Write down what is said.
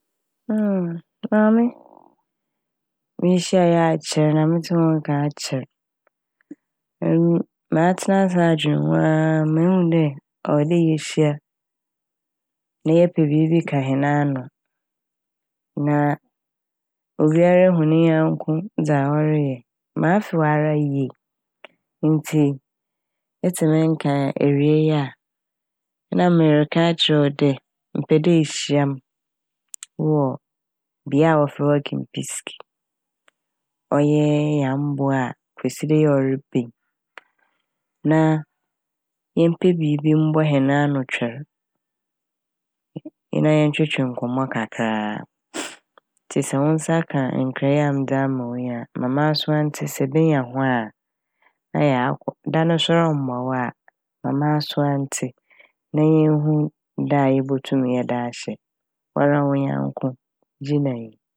Maame yehyiae akyɛr na metsee wo nka akyɛr. matsena ase adwen ho a mehu dɛ ɔwɔ dɛ yehyia na yɛpɛ biribi ka hɛn n'ano. Na obiara hu ne nyɛnko dza ɔreyɛ. Mafe wo ara yie ntsi etse me nka a ewia a na mereka akyerɛw dɛ mepɛ dɛ ehyia m' wɔ bea a wɔfrɛ hɔ Kempiski ɔyɛ Nyame boa a Kwasida yi ɔreba yi na yɛmpɛ biribi mbɔ hɛn ano twɛr na yɛntwetwe nkɔmmɔ kakra a. Ntsi sɛ wo nsa ka nkra yi a medze ama wo yi ma m'asowa ntse sɛ ebenya ho na yɛakɔ. Da no so rommboa wo a ma m'asowa ntse na yenhu da a yebotum yɛde ahyɛ. Wara wo nyɛnko Gina nyi.